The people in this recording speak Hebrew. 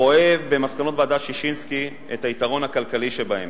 רואה במסקנות ועדת-ששינסקי את היתרון הכלכלי שבהן,